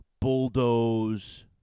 Bulldoze